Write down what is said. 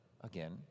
again